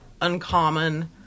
uncommon